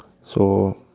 so